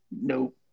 Nope